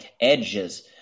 edges